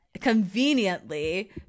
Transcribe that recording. conveniently